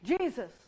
Jesus